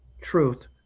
truth